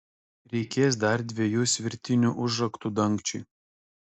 reikės dar dviejų svirtinių užraktų dangčiui